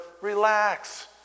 relax